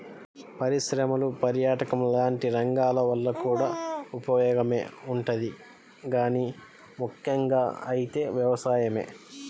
పరిశ్రమలు, పర్యాటకం లాంటి రంగాల వల్ల కూడా ఉపయోగమే ఉంటది గానీ ముక్కెంగా అయితే వ్యవసాయమే